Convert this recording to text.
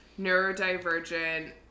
neurodivergent